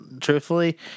Truthfully